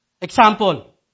Example